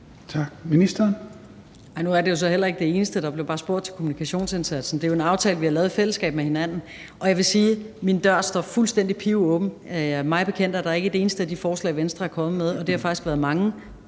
Rosenkrantz-Theil): Nu er det jo så heller ikke det eneste. Der blev bare spurgt til kommunikationsindsatsen. Det er jo en aftale, vi har lavet i fællesskab med hinanden, og jeg vil sige, at min dør står fuldstændig pivåben. Mig bekendt er der ikke et eneste af de forslag, Venstre er kommet med – og det har faktisk været mange